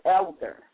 elder